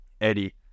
Eddie